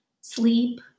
sleep